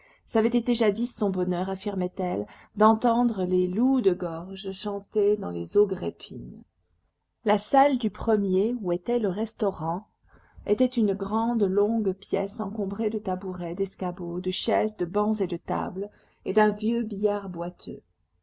ç'avait été jadis son bonheur affirmait elle d'entendre les loups de gorge chanter dans les ogrépines la salle du premier où était le restaurant était une grande longue pièce encombrée de tabourets d'escabeaux de chaises de bancs et de tables et d'un vieux billard boiteux